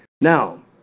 Now